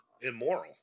immoral